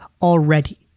already